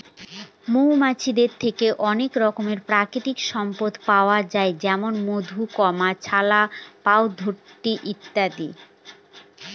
মৌমাছিদের থেকে অনেক রকমের প্রাকৃতিক সম্পদ পাওয়া যায় যেমন মধু, ছাল্লা, পাউরুটি ইত্যাদি